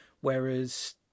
whereas